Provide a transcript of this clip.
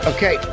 Okay